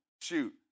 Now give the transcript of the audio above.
Shoot